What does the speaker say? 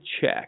check